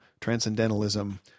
transcendentalism